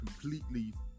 completely